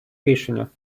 рішення